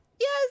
Yes